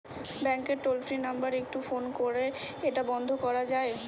ব্যাংকের toll free number একটু phone করে এটা বন্ধ করা যায়?